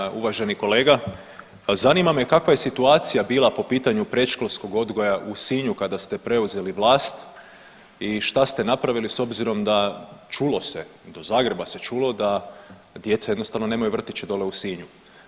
Poštovani uvaženi kolega, zanima me kakva je situacija bila po pitanju predškolskog odgoja u Sinju kada ste preuzeli vlast i šta ste napravili s obzirom da, čulo se, do Zagreba se čulo da djeca jednostavno nemaju vrtiće dole u Sinju.